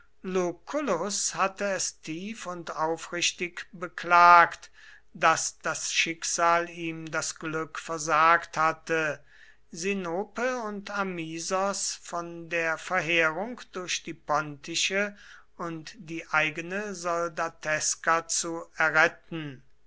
hatte es tief und aufrichtig beklagt daß das schicksal ihm das glück versagt hatte sinope und amisos von der verheerung durch die pontische und die eigene soldateska zu erretten